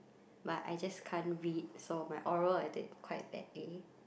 but I just can't read so my oral I did quite badly